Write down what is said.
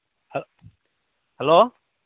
hello